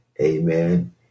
Amen